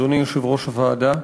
אדוני יושב-ראש הוועדה,